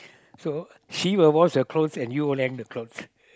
so she will wash the clothes and you will hang the clothes